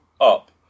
up